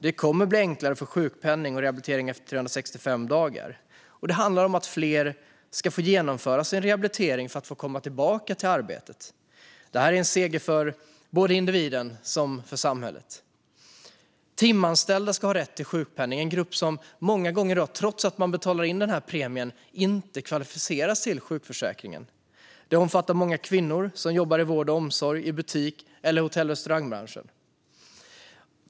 Det kommer att bli enklare att få sjukpenning och rehabilitering efter 365 dagar. Det handlar om att fler ska få genomföra sin rehabilitering för att få komma tillbaka till arbetet. Det är en seger för såväl individen som samhället. Timanställda ska ha rätt till sjukpenning. Det är en grupp som trots att de många gånger betalar in premien inte kvalificeras till sjukförsäkringen. Den omfattar många kvinnor som jobbar inom vård och omsorg, i butik eller i hotell och restaurangbranschen.